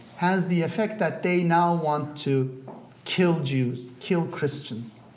has the effect that they now want to kill jews, kill christians,